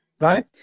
Right